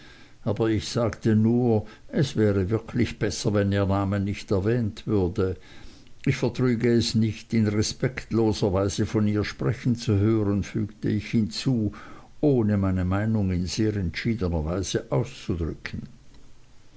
aber ich sagte nur es wäre wirklich besser wenn ihr name nicht erwähnt würde ich vertrüge es nicht in respektloser weise von ihr sprechen zu hören fügte ich hinzu ohne meine meinung in sehr entschiedener weise auszudrücken